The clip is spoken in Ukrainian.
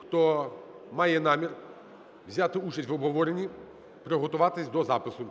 хто має намір взяти участь в обговоренні, приготуватись до запису.